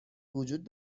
وجود